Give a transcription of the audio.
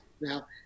now